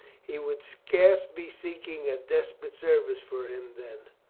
he would scarce be seeking a desperate service for him then.